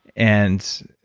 and